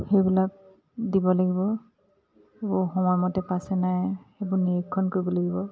সেইবিলাক দিব লাগিব এইবোৰ সময়মতে পাইছে নাই সেইবোৰ নিৰীক্ষণ কৰিব লাগিব